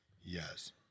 Yes